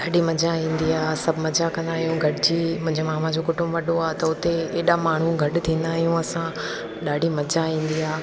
ॾाढी मज़ा ईंदी आहे सभु मज़ा कंदा आहियूं गॾिजी मुंहिंजे मामा जो कुटुंबु वॾो आहे त हुते एॾा माण्हू गॾु थींदा आहियूं असां ॾाढी मज़ा ईंदी आहे